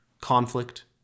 conflict